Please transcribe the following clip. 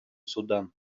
судан